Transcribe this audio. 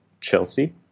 Chelsea